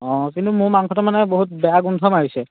অঁ কিন্তু মোৰ মাংসটো মানে বহুত বেয়া গোন্ধ মাৰিছে